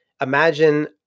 imagine